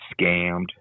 scammed